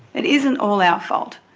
it isn't all our fault.